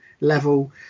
level